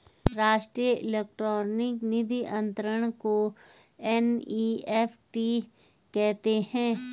राष्ट्रीय इलेक्ट्रॉनिक निधि अनंतरण को एन.ई.एफ.टी कहते हैं